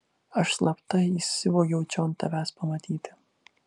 aš slapta įsivogiau čion tavęs pamatyti